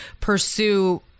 pursue